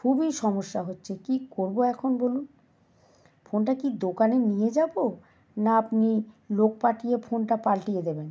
খুবই সমস্যা হচ্ছে কি করবো এখন বলুন ফোনটা কি দোকানে নিয়ে যাবো না আপনি লোক পালটিয়ে ফোনটা পাল্টিয়ে দেবেন